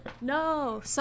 No